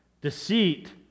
deceit